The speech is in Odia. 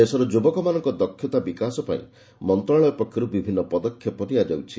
ଦେଶର ଯୁବକମାନଙ୍କ ଦକ୍ଷତା ବିକାଶ ପାଇଁ ମନ୍ତ୍ରଣାଳୟ ପକ୍ଷରୁ ବିଭିନ୍ନ ପଦକ୍ଷେପ ନିଆଯାଉଛି